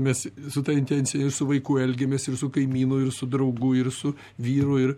mes su ta intencija su vaiku elgiamės ir su kaimynu ir su draugu ir su vyru ir